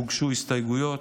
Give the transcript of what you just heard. הוגשו הסתייגויות.